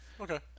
Okay